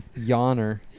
yawner